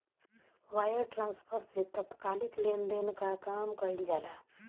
wire transfer से तात्कालिक लेनदेन कअ काम कईल जाला